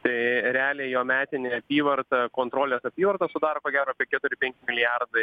tai realiai jo metinė apyvarta kontrolės apyvarta sudaro ko gero apie keturi penki milijardai